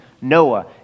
Noah